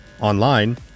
online